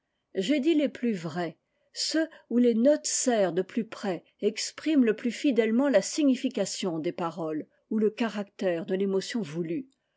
j'ai dit les plus vrais ceux où les notes serrent de plus près etexpriment le plus fidèlement la signification des paroles ou le caractère de l'émotion voulue